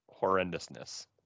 horrendousness